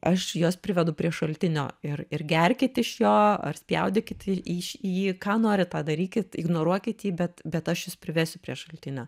aš juos privedu prie šaltinio ir ir gerkit iš jo ar spjaudykit į šį jį ką norit tą darykit ignoruokit jį bet bet aš jus privesiu prie šaltinio